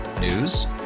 News